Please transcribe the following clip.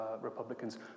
Republicans